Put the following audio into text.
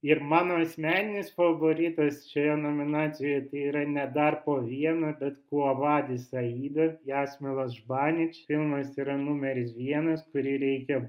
ir mano asmeninis favoritas šioje nominacijoje tai yra ne dar po vieną bet kvuo vadis aida jasmilos žbanič filmas yra numeris vienas kurį reikia